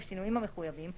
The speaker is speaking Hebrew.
בשינויים המחויבים,